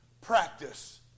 practice